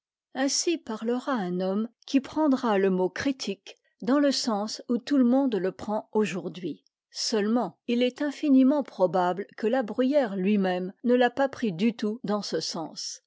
ainsi parlera un homme qui prendra le mot critique dans le sens où tout le monde le prend aujourd'hui seulement il est infiniment probable que la bruyère lui-même ne l'a pas pris du tout dans ce sens